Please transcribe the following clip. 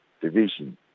division